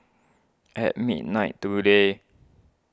at midnight today